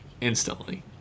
instantly